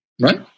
Right